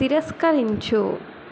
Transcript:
తిరస్కరించు